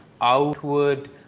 outward